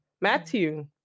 Matthew